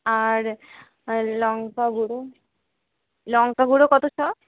আর লঙ্কাগুঁড়ো লঙ্কাগুঁড়ো কত শ